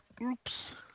Oops